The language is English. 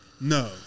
No